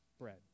bread